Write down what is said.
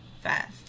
fast